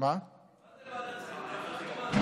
מה זה ועדת שרים לחקיקה?